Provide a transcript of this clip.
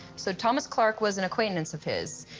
so thomas clark was an acquaintance of his.